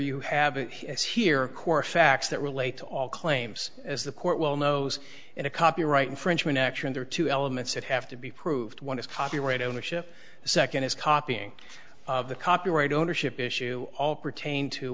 you have as here core facts that relate to all claims as the court well knows in a copyright infringement action there are two elements that have to be proved one is copyright ownership the second is copying of the copyright ownership issue all pertain to